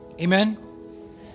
Amen